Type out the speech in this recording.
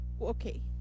Okay